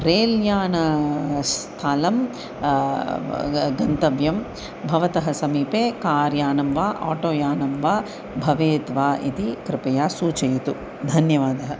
रेल्यानस्थलं गन्तव्यं भवतः समीपे कार्यानं वा आटोयानं वा भवेत् वा इति कृपया सूचयतु धन्यवादः